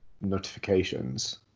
notifications